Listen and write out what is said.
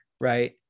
right